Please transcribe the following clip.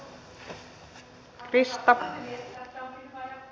tästä onkin hyvä jatkaa